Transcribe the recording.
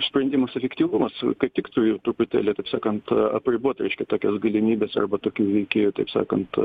sprendimas efektyvumas kad tiktų jų truputėlį taip sakant apribot reiškia tokias galimybes arba tokių veikėjų taip sakant